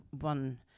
one